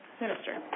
Minister